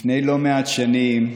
לפני לא מעט שנים,